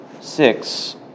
six